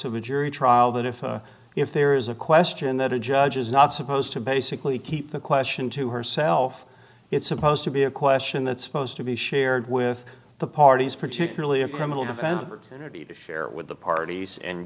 of a jury trial that if if there is a question that a judge is not supposed to basically keep the question to herself it's supposed to be a question that's supposed to be shared with the parties particularly a permitted event and share with the parties and